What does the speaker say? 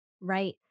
Right